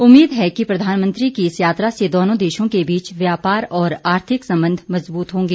उम्मीद है कि प्रधानमंत्री की इस यात्रा से दोनों देशों के बीच व्यापार और आर्थिक संबंध मजबूत होंगे